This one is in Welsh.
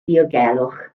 diogelwch